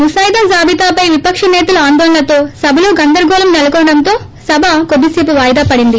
ముసాయిదా జాబితాపై విపక్ష సేతల్ ఆందోళనతో సభలో గందరగోళం నెలకొనడంతో సభ కొద్ది సేపు వాయిదా పడింది